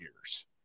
years